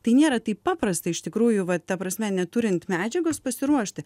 tai nėra taip paprasta iš tikrųjų vat ta prasme neturint medžiagos pasiruošti